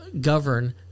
govern